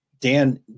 Dan